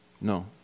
No